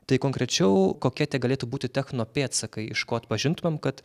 tai konkrečiau kokie tie galėtų būti techno pėdsakai iš ko atpažintumėm kad